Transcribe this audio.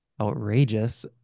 outrageous